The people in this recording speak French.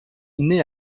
naît